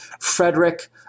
Frederick